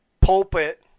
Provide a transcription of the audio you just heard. pulpit